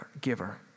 giver